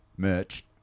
Merch